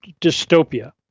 dystopia